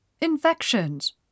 Infections